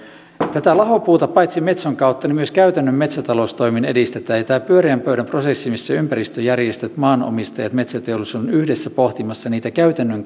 lahopuuta paitsi metson kautta myös käytännön metsätaloustoimin edistetään ja tämä pyöreän pöydän prosessi missä ympäristöjärjestöt maanomistajat ja metsäteollisuus ovat yhdessä pohtimassa niitä käytännön